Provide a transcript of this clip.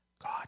God